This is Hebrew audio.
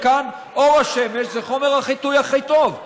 כאן אור השמש הוא חומר החיטוי הכי טוב.